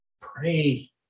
Pray